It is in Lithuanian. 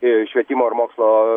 ir švietimo ir mokslo